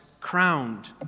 crowned